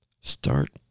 Start